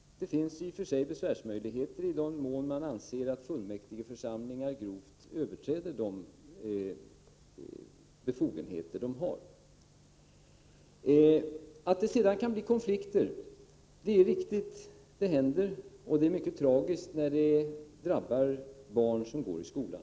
Det finns i och för sig besvärsmöjligheter, i den mån någon anser att fullmäktigeförsamlingar grovt överträder de befogenheter de har. Det är riktigt att det kan uppstå konflikter, och det är mycket tragiskt när de drabbar barn som går i skolan.